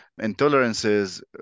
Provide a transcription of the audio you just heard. Intolerances